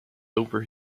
over